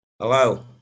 Hello